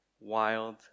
wild